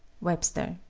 webster.